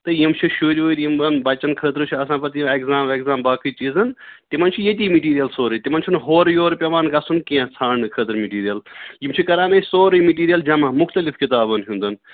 تہٕ یِم چھِ شُرۍ وُرۍ یِمَن بَچَن خٲطرٕ چھِ آسان پَتہٕ یہِ اٮ۪گزام وٮ۪گزام باقٕے چیٖزَن تِمَن چھِ ییٚتی مِٹیٖریَل سورُے تِمَن چھُنہٕ ہورٕ یورٕ پٮ۪وان گژھُن کینٛہہ ژھانٛڈنہٕ خٲطرٕ مِٹیٖریَل یِم چھِ کَران أسۍ سورُے مٹیٖریَل جمع مُختلِف کِتابَن ہُنٛدَن